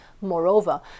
Moreover